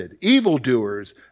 Evildoers